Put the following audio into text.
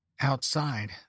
Outside